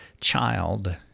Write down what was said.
child